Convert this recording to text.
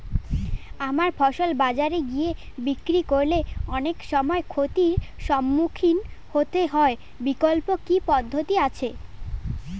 আমার ফসল বাজারে গিয়ে বিক্রি করলে অনেক সময় ক্ষতির সম্মুখীন হতে হয় বিকল্প কি পদ্ধতি আছে?